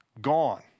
gone